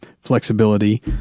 flexibility